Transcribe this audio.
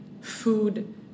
food